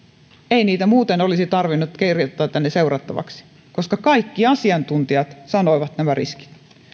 ei niitä muuten olisi tarvinnut kirjoittaa tänne seurattavaksi koska kaikki asiantuntijat sanoivat nämä riskit